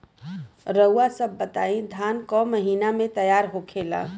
रउआ सभ बताई धान क महीना में तैयार होखेला?